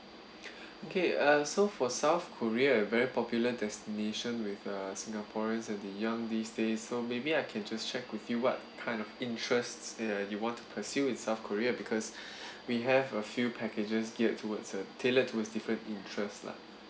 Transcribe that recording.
okay uh so for south korea very popular destination with uh singaporeans of the young these days so maybe I can just check with you what kind of interests uh you want to pursue in south korea because we have a few packages geared towards a tailored towards different interest lah